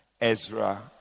Ezra